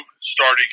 starting